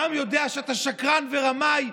העם יודע שאתה שקרן ורמאי.